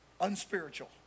unspiritual